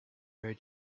very